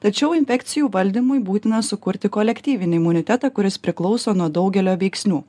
tačiau infekcijų valdymui būtina sukurti kolektyvinį imunitetą kuris priklauso nuo daugelio veiksnių